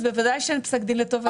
אז בוודאי שאין פסק דין לטובתנו.